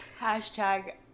hashtag